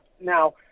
Now